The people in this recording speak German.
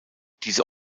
diese